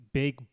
big